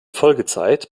folgezeit